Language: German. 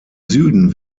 süden